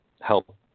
help